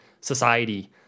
society